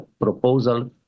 proposal